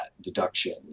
deduction